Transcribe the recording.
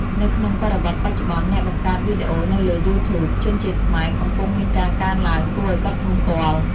នៅក្នុងបរិបទបច្ចុប្បន្ន អ្នកបង្កើតវីដេអូនៅលើ YouTube ជនជាតិខ្មែរកំពុងមានការកើនឡើងគួរឲ្យកត់សម្គាល់។